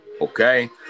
Okay